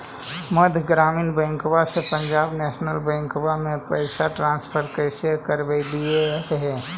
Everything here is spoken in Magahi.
मध्य ग्रामीण बैंकवा से पंजाब नेशनल बैंकवा मे पैसवा ट्रांसफर कैसे करवैलीऐ हे?